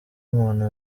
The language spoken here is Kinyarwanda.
umuntu